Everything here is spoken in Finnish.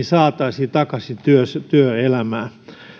saataisiin takaisin työelämään